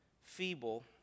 feeble